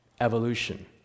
evolution